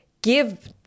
give